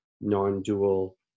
non-dual